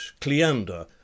Cleander